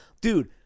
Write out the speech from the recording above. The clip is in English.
Dude